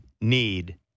need